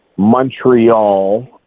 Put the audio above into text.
montreal